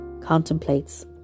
contemplates